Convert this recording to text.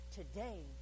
today